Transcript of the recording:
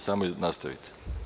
Samo nastavite.